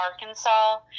Arkansas